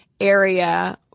area